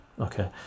okay